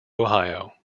ohio